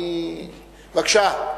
בבקשה.